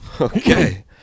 Okay